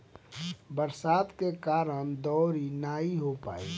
बरसात के कारण दँवरी नाइ हो पाई